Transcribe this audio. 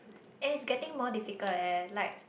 and it's getting more difficult leh like